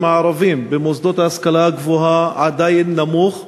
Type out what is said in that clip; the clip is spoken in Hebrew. הערבים במוסדות להשכלה גבוהה עדיין נמוך,